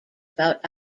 about